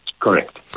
correct